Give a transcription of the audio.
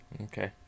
Okay